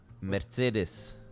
Mercedes